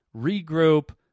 regroup